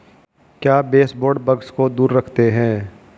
क्या baseboard bugs को दूर रखते हैं?